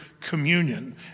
communion